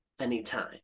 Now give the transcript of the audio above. anytime